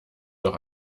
doch